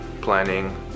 planning